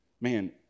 Man